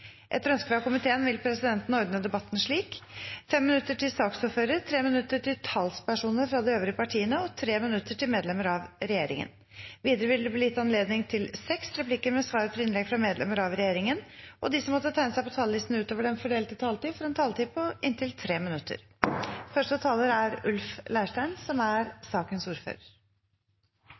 minutter til medlemmer av regjeringen. Videre vil det – innenfor den fordelte taletid – bli gitt anledning til seks replikker med svar etter innlegg fra medlemmer av regjeringen, og de som måtte tegne seg på talerlisten utover den fordelte taletid, får en taletid på inntil 3 minutter. EOS-utvalget er Stortingets kontrollorgan med de hemmelige tjenestene i Norge. Hovedformålet med kontrollen er